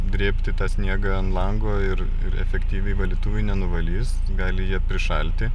drėbti tą sniegą ant lango ir ir efektyviai valytuvai nenuvalys gali jie prišalti